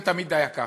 זה תמיד היה ככה.